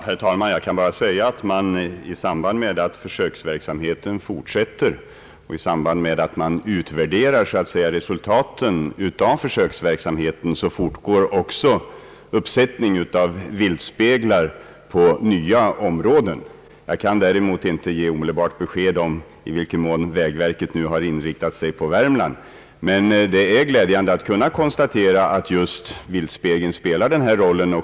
Herr talman! Jag kan bara säga, att i samband med att försöksverksamheten fortsätter och i samband med att man så att säga utvärderar resultaten av försöksverksamheten så fortsätter också uppsättning av viltspeglar i nya områden. Jag kan däremot inte ge omedelbart besked om i vilken mån vägverket nu inriktat sig på Värmland. Men det är glädjande att kunna konstatera att just viltspegeln spelar denna roll.